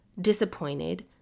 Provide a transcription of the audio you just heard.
disappointed